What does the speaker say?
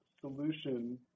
solution